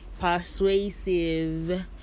persuasive